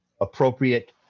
appropriate